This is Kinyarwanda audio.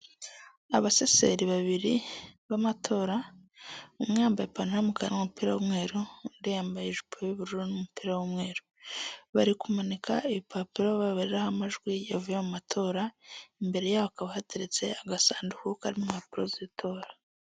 Abasaseri babiri b'amatora umwe yambaye ipantaro y'umukara n'umupira w'umweru undi yambaye ijipo y'ubururu n'umupira w'umweru bari kumanika ibipapuro babariraho amajwi yavuye mu matora imbere yabo hakaba hateretse agasanduku k'impapuro z'itora.